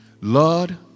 Lord